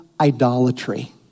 idolatry